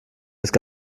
jetzt